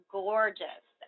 gorgeous